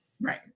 right